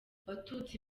batutsi